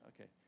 Okay